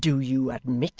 do you admit